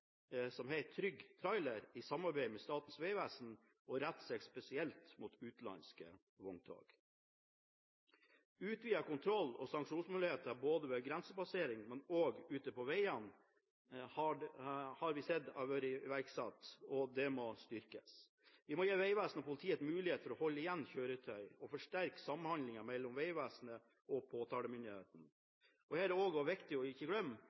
Trygg Trailer i samarbeid med Statens vegvesen, som retter seg spesielt mot utenlandske vogntog. Utvidede kontroll- og sanksjonsmuligheter, både ved grensepasseringer og ute på vegene, har vi sett bli iverksatt, og dette må styrkes. Vi må gi Vegvesenet og politiet muligheten til å holde igjen kjøretøy og forsterke samhandlingen mellom Vegvesenet og påtalemyndigheten, og her er det også viktig ikke å glemme